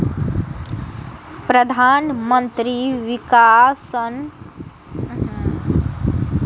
प्रधानमंत्री किसान सम्मान निधि केंद्र सरकारक योजना छियै